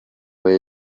või